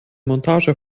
montage